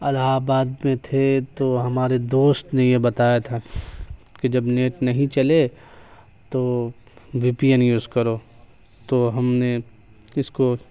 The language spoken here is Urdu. الہ آباد میں تھے تو ہمارے دوست نے یہ بتایا تھا کہ جب نیٹ نہیں چلے تو وی پی این یوز کرو تو ہم نے اس کو